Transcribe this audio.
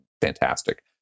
Fantastic